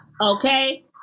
Okay